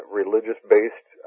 religious-based